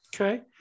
Okay